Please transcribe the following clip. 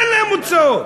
אין להם הוצאות,